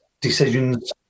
decisions